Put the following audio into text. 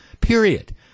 Period